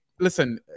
listen